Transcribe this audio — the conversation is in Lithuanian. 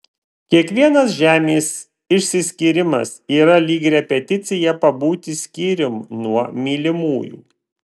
kiekvienas žemės išsiskyrimas yra lyg repeticija pabūti skyrium nuo mylimųjų